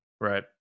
Right